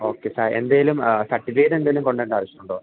okay സാ എന്തെങ്കിലും സർട്ടിഫിക്കറ്റെന്തെങ്കിലും കൊണ്ടുവരേണ്ട ആവശ്യമുണ്ടോ